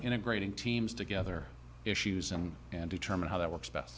integrating teams together issues and and determine how that works best